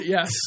Yes